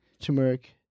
Turmeric